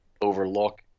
overlook